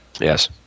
Yes